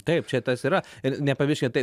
taip čia tas yra ir nepamirškit tai